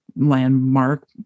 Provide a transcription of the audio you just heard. landmark